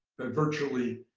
that virtually,